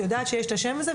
היא יודעת שיש את השם הזה.